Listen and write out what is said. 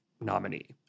nominee